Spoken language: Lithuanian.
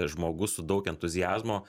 žmogus su daug entuziazmo